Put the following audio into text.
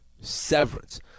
severance